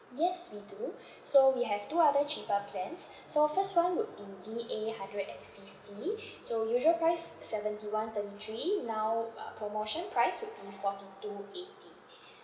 yes we do so we have two other cheaper plans so first one would be d a hundred and fifty so usual price seventy one twenty three now uh promotion price would be forty two eighty